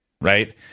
Right